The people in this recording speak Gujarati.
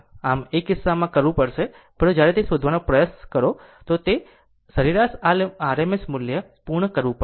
આમ તે કિસ્સામાં કરવું પડશે પરંતુ જ્યારે તે શોધવાનો પ્રયાસ કરો ત્યારે સરેરાશ RMS મૂલ્ય પૂર્ણ કરવું પડશે